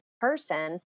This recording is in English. person